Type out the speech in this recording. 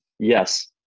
Yes